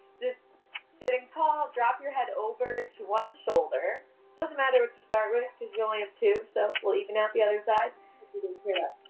just sitting tall, drop your head over to one shoulder. it doesn't matter what you start with, because we only have two, so we'll even out the other side. did you hear that